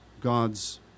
God's